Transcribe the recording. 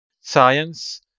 science